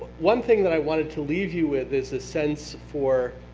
one thing that i wanted to leave you with is the sense for,